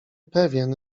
pewien